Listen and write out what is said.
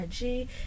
IG